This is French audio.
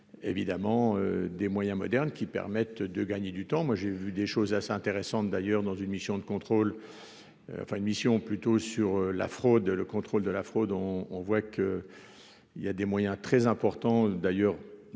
évidemment des moyens modernes qui permettent de gagner du temps, moi j'ai vu des choses assez intéressantes d'ailleurs dans une mission de contrôle enfin une mission plutôt sur la fraude, le contrôle de la fraude dont on voit qu'il y a des moyens très importants d'ailleurs